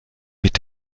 mit